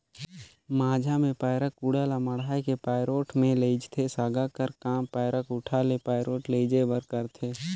माझा मे पैरा कुढ़ा ल मढ़ाए के पैरोठ मे लेइजथे, सागा कर काम पैरा कुढ़ा ल पैरोठ लेइजे बर करथे